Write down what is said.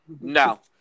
No